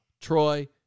Troy